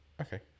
Okay